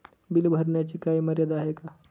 Bill भरण्याची काही मर्यादा आहे का?